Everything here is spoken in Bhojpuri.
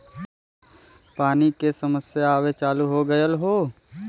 पानी के समस्या आवे चालू हो गयल हौ